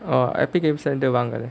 oh epic games வாங்களே:vaangalae